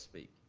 speak.